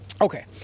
Okay